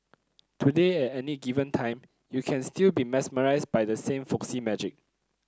today any given time you can still be mesmerised by the same folksy magic